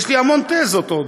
יש לי המון תזות עוד.